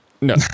No